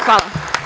Hvala.